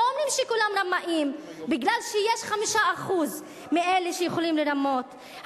לא אומרים שכולם רמאים כי יש 5% מאלה שיכולים לרמות.